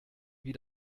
wie